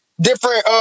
different